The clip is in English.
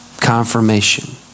Confirmation